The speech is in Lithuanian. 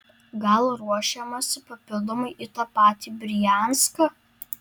gal ruošiamasi papildomai į tą patį brianską